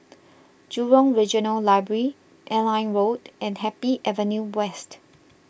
Jurong Regional Library Airline Road and Happy Avenue West